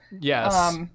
Yes